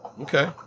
Okay